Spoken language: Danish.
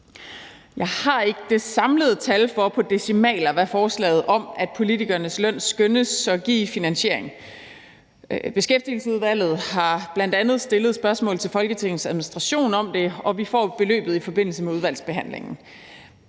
Jeg har ikke det samlede tal på flere decimaler for, hvad forslaget om, at politikernes løn skal sænkes med 10 pct., skønnes at give i finansiering. Beskæftigelsesudvalget har bl.a. stillet spørgsmål til Folketingets administration om det, og vi får beløbet i forbindelse med udvalgsbehandlingen.